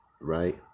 right